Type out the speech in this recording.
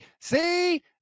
see